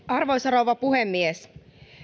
arvoisa rouva puhemies